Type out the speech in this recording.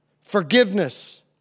Forgiveness